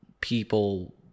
people